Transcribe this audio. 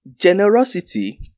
Generosity